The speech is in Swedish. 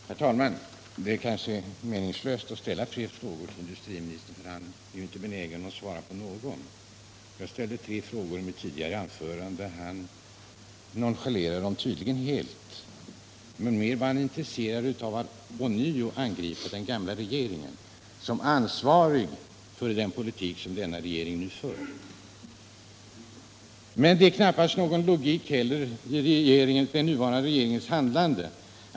Herr talman! Det är kanske meningslöst att ställa fler frågor till industriministern; han är ju inte benägen att svara på dem. Jag ställde i mitt tidigare anförande tre frågor, som industriministern helt nonchalerade. Däremot var industriministern mera intresserad av att åter angripa den gamla regeringen, såsom ansvarig för den politik som tidigare förts. 123 Men det är knappast någon logik i den nuvarande regeringens handlande.